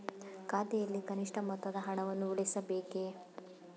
ಖಾತೆಯಲ್ಲಿ ಕನಿಷ್ಠ ಮೊತ್ತದ ಹಣವನ್ನು ಉಳಿಸಬೇಕೇ?